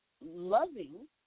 loving